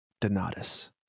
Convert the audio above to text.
Donatus